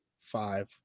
five